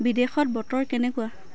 বিদেশত বতৰ কেনেকুৱা